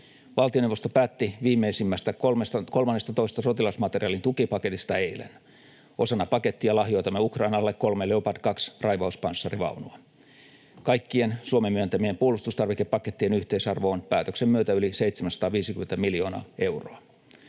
Valtioneuvosto päätti viimeisimmästä kolmannestatoista sotilasmateriaalin tukipaketista eilen. Osana pakettia lahjoitamme Ukrainalle kolme Leopard 2 -raivauspanssarivaunua. Kaikkien Suomen myöntämien puolustustarvikepakettien yhteisarvo on päätöksen myötä yli 750 miljoonaa euroa.